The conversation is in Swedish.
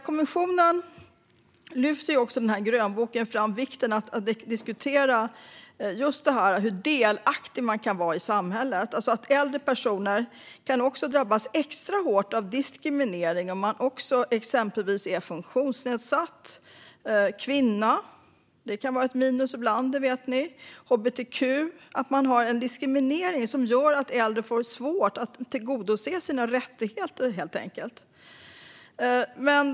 Kommissionen lyfter i grönboken fram vikten av att diskutera hur delaktig man kan vara i samhället. Äldre personer kan drabbas extra hårt av diskriminering om man också är exempelvis funktionsnedsatt, kvinna - som ni vet kan det vara ett minus ibland - eller hbtq-person. Det finns en diskriminering som gör att äldre helt enkelt får svårt att tillgodose sina rättigheter.